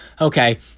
okay